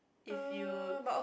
if you